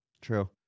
true